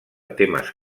temes